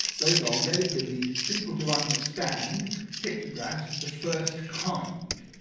those are relatively simple to understand pictographs of the first kind.